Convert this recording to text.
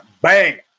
bang